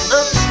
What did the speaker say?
up